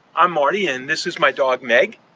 i'm marty, and this is my dog meg.